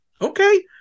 okay